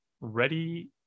ready